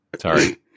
Sorry